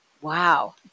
wow